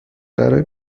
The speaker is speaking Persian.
برای